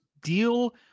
deal